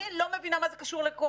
אני לא מבינה מה זה קשור לקורונה,